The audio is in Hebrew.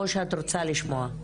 או שאת רוצה לשמוע?